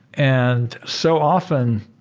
and so often,